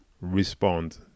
respond